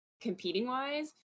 competing-wise